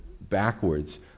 backwards